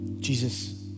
Jesus